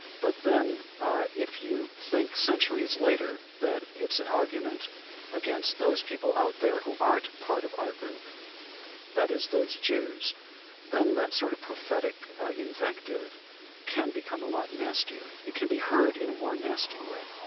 but then ah if you think centuries later that it's an argument against those people out there who aren't part of our group that is, those jews then that sort of prophetic invective can become a lot nastier. it can be heard in a more nasty way